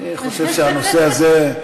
אני חושב שהנושא הזה,